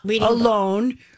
alone